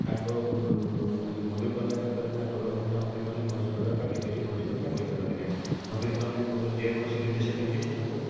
ତାଙ୍କ ନବୀନ ପଟ୍ଟନାୟକ ପାଖରେ ତାଙ୍କର ନେତା ମନ୍ତ୍ରୀମାନେ କୌଣସି ପ୍ରକାର ପାଟି ଖୋଲି କୌଣସି କଥା କହିପାରନ୍ତି ନାଇଁ ନବୀନ ପଟ୍ଟନାୟକ ଯେକୌଣସି ନିର୍ଦ୍ଦେଶ ଦିଅନ୍ତି ସେ ତାକୁ